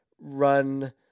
run